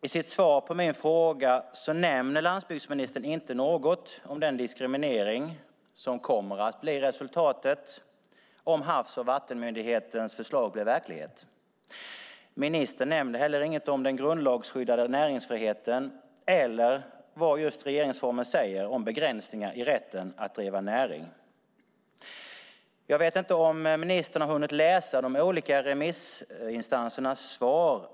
I sitt svar på min interpellation nämnde landsbygdsministern inte något om den diskriminering som kommer att bli resultatet om Havs och vattenmyndighetens förslag blir verklighet. Ministern nämnde inte heller något om den grundlagsskyddade näringsfriheten eller vad regeringsformen säger om begränsningar i rätten att driva näring. Jag vet inte om ministern hunnit läsa de olika remissinstansernas svar.